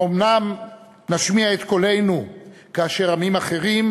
האומנם נשמיע את קולנו כאשר עמים אחרים